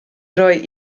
rhoi